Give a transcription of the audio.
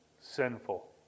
sinful